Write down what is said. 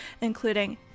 including